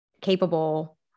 capable